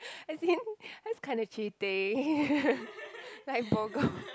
as in that's kind of cheating like